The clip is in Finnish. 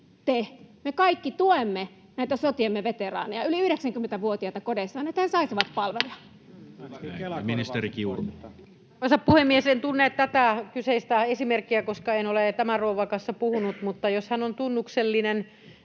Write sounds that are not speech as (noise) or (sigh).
me kaikki — tuemme näitä sotiemme veteraaneja, yli 90‑vuotiaita kodeissaan, että he saisivat (noise) palveluja? Ministeri Kiuru. Arvoisa puhemies! En tunne tätä kyseistä esimerkkiä, koska en ole tämän rouvan kanssa puhunut, mutta jos hän on tunnuksellinen